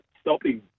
stopping